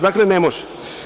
Dakle, ne može.